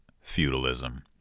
Feudalism